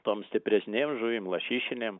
tom stipresnėm žuvim lašišinėm